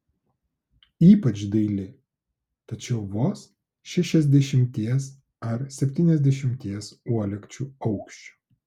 ypač daili tačiau vos šešiasdešimties ar septyniasdešimties uolekčių aukščio